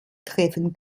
treffen